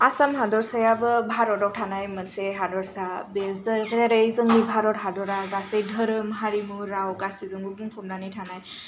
आसाम हादरसायाबो भारताव थानाय मोनसे हादरसा बेसोर जेरै जोंनि भारत हादरा गासै धोरोम हारिमु राव गासैजोंबो बुंफबनानै थानाय